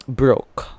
broke